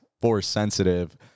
Force-sensitive